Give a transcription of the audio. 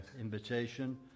invitation